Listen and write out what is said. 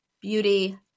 beauty